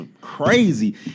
crazy